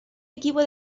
equipo